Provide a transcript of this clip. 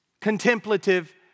contemplative